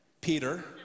Peter